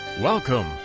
Welcome